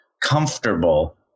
comfortable